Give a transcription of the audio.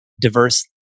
diverse